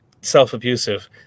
self-abusive